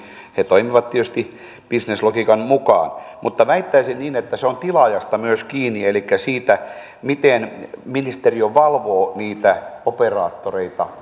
he toimivat tietysti bisneslogiikan mukaan mutta väittäisin niin että se on myös tilaajasta kiinni elikkä siitä miten ministeriö valvoo niitä operaattoreita